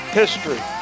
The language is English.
history